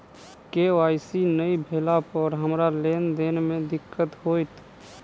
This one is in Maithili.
के.वाई.सी नै भेला पर हमरा लेन देन मे दिक्कत होइत?